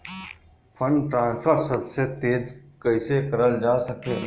Fund transfer सबसे तेज कइसे करल जा सकेला?